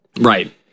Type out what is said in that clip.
Right